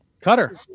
Cutter